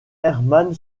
hermann